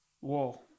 whoa